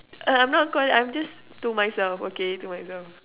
uh I I'm not call~ I'm just to myself okay to myself